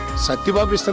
satti babu. so